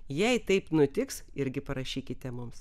jei taip nutiks irgi parašykite mums